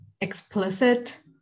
explicit